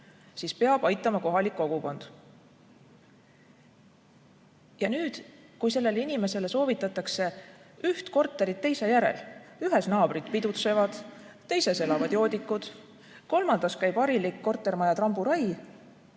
siis peab aitama kohalik kogukond. Ja nüüd, kui sellele inimesele soovitatakse üht korterit teise järel – ühes naabrid pidutsevad, teises elavad joodikud, kolmandas käib harilik kortermaja tramburai